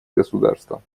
государство